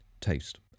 taste